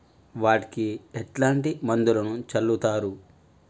వాటికి ఎట్లాంటి మందులను చల్లుతరు?